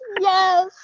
yes